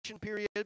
period